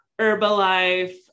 Herbalife